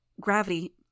Gravity